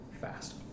fast